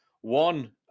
One